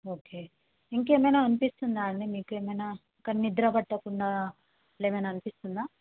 okay ఇంకా ఏమైన అనిపిస్తుందా అండి మీకు ఏమైన ఇంక నిద్ర పట్టకుండా అట్లా ఏమైన అనిపిస్తుందా